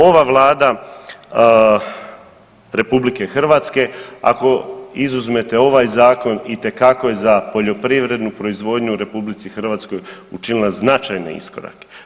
Ova Vlada RH ako izuzmete ovaj zakon itekako je za poljoprivrednu proizvodnju u RH učinila značajne iskorake.